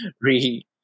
re